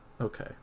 Okay